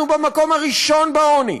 אנחנו במקום הראשון בעוני.